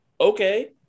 okay